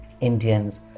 Indians